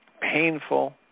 Painful